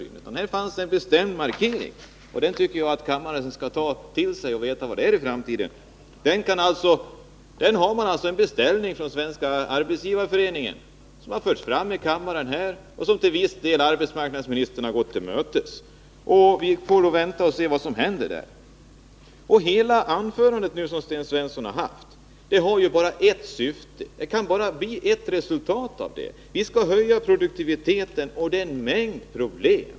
I Sten Svenssons anförande fanns det en bestämd markering, och den tycker jag att kammarens ledamöter bör uppmärksamma med tanke på framtiden. Här har vi från Svenska arbetsgivareföreningen en beställning, som har förts fram här i kammaren. Till viss del har också arbetsmarknadsministern tagit hänsyn till denna beställning, och vi får nu vänta och se vad som händer. Hela Sten Svenssons anförande kan ju bara ha ett syfte: vi skall höja produktiviteten, varvid det finns en mängd problem.